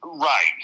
Right